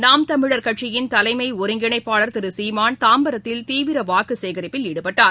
நாம்தமிழர் கட்சியின் தலைமைஒருங்கிணைப்பாளர் திருசீமான் தாம்பரத்தில் தீவிரவாக்குசேகரிப்பில் ஈடுபட்டார்